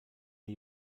die